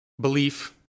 belief